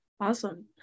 Awesome